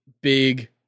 big